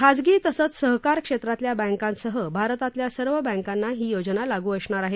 खासगी तसंच सहकार क्षेत्रातल्या बँकासह भारतातल्या सर्व बँकाना ही योजना लागू असणार आहे